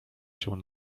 się